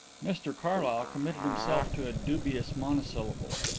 mr carlyle committed himself to a dubious monosyllable.